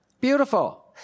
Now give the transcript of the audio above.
Beautiful